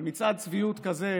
אבל מצעד צביעות כזה